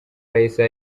raisa